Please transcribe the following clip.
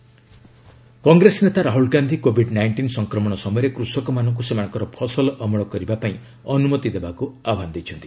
Rahul farms Congress ନେତା Rahul Gandhi Covid nineteen ସଂକ୍ରମଣ ସମୟରେ କୃଷକମାନଙ୍କୁ ସେମାନଙ୍କର ଫସଲ ଅମଳ କରିବା ପାଇଁ ଅନୁମତି ଦେବାକୁ ଆହ୍ୱାନ ଦେଇଛନ୍ତି